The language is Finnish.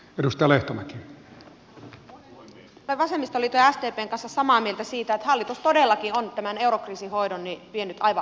olen vasemmistoliiton ja sdpn kanssa samaa mieltä siitä että hallitus todellakin on tämän eurokriisin hoidon vienyt aivan uudelle tielle